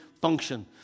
function